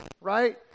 right